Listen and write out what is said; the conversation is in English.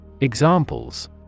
Examples